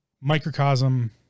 microcosm